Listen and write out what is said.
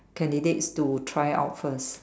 candidates to try out first